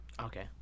Okay